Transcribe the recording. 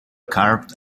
carved